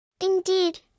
Indeed